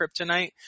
kryptonite